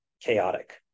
Chaotic